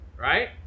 right